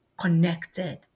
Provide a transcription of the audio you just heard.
connected